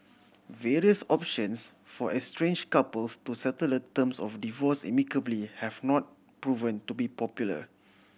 various options for estrange couples to settle the terms of divorce amicably have not proven to be popular